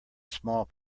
small